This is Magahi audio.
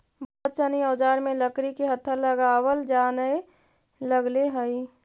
बहुत सनी औजार में लकड़ी के हत्था लगावल जानए लगले हई